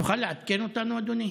תוכל לעדכן אותנו, אדוני?